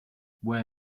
where